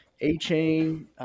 A-Chain